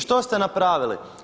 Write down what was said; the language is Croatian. Što ste napravili?